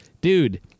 dude